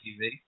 TV